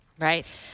Right